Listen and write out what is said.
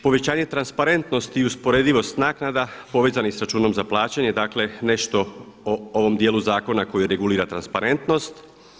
Povećanje transparentnosti i usporedivost naknada povezanih sa računom za plaćanje, dakle nešto o ovom dijelu zakona koji regulira transparentnost.